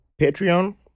patreon